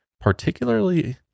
particularly